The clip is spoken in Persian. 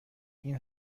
این